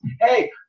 hey